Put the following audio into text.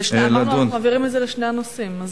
אמרנו שאנחנו מעבירים את זה לשני הנושאים.